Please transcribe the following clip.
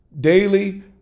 daily